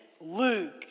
Luke